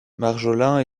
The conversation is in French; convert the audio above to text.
marjolin